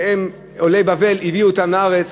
שעולי בבל הביאו לארץ.